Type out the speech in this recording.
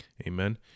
Amen